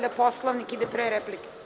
Valjda Poslovnik ide pre replike.